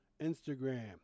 Instagram